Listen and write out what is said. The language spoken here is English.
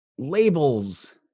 Labels